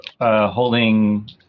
Holding